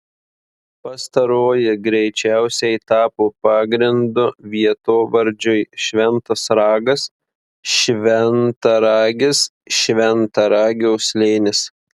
pastaroji greičiausiai tapo pagrindu vietovardžiui šventas ragas šventaragis šventaragio slėnis